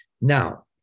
Now